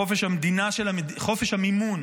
חופש המימון